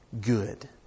good